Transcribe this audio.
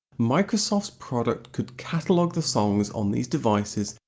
microsoft's product could catalogue the songs on these devices,